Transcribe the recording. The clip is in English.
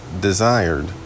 desired